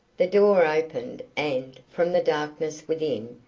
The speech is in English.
the door opened and, from the darkness within,